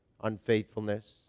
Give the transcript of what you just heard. unfaithfulness